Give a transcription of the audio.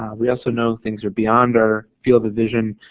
um we also know things are beyond our field of vision